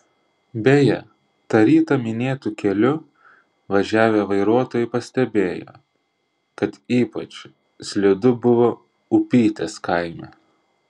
beje tą rytą minėtu keliu važiavę vairuotojai pastebėjo kad ypač slidu buvo upytės kaime